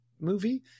movie